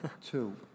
Two